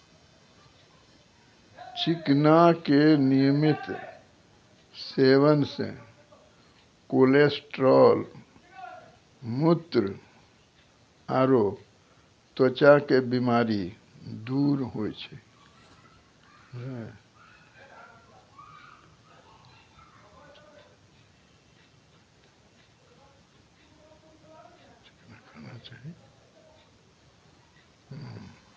चिकना के नियमित सेवन से कोलेस्ट्रॉल, मुत्र आरो त्वचा के बीमारी दूर होय छै